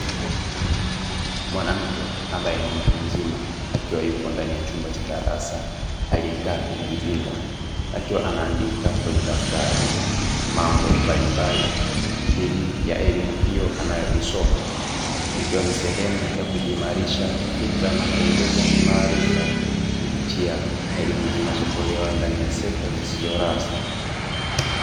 Mwanamke ambaye ni mtu mzima, akiwa yupo ndani ya chumba cha darasa, aliyekaa kwa kujipinda, akiwa anaandika kwenye daftari mambo mbalimbali dhidi ya elimu hiyo anayoisoma, ikiwa ni sehemu ya kujiimarisha kifikra na kuongeza maarifa, kupitia elimu zinazotolewa ndani ya sekta zisizo rasmi.